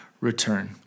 return